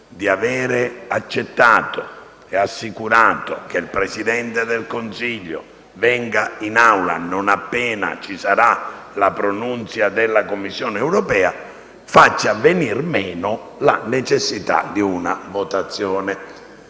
di aver accettato e assicurato che il Presidente del Consiglio verrà in Aula non appena ci sarà il pronunciamento della Commissione europea faccia venir meno la necessità di una votazione.